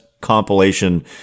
compilation